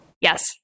Yes